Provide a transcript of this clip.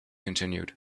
continued